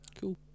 cool